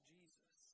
Jesus